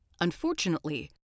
Unfortunately